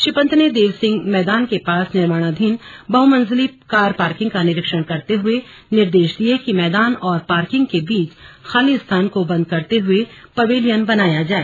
श्री पंत ने देव सिंह मैदान के पास निर्माणाधीन बहमंजिली कार पार्किंग का निरीक्षण करते हुए निर्देश दिए कि मैदान और पार्किंग के बीच खाली स्थान को बंद करते हुए पवेलियन बनाया जाए